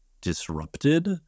disrupted